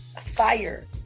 fire